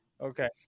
Okay